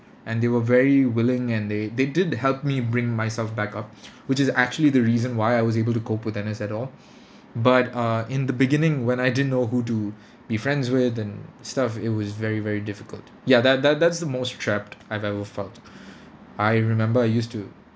and they were very willing and they they did help me bring myself back up which is actually the reason why I was able to cope with N_S at all but uh in the beginning when I didn't know who to be friends with and stuff it was very very difficult ya that that that's the most trapped I've ever felt I remember I used to